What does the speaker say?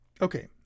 Okay